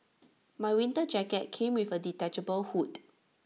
my winter jacket came with A detachable hood